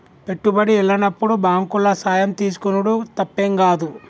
పెట్టుబడి ఎల్లనప్పుడు బాంకుల సాయం తీసుకునుడు తప్పేం గాదు